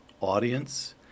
audience